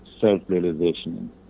self-realization